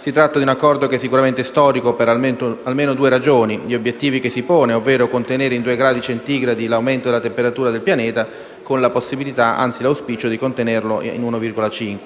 Si tratta di un Accordo che è sicuramente storico per almeno due ragioni: gli obiettivi che si pone, ovvero contenere in due gradi centigradi l'aumento della temperatura del pianeta (con la possibilità, anzi l'auspicio di contenerlo in 1,5 gradi)